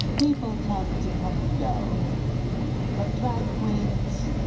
people tend to come and go but drag queens,